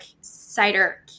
cider